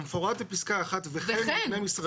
המפורט בפסקה 1 וכן מבני משרדים,